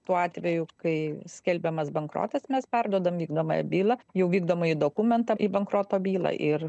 tuo atveju kai skelbiamas bankrotas mes perduodam vykdomąją bylą jau vykdomąjį dokumentą į bankroto bylą ir